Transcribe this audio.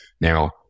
Now